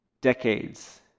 decades